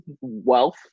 wealth